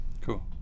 Cool